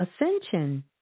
ascension